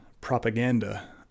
propaganda